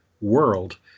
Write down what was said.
world